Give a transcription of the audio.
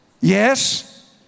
yes